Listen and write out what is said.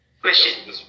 Question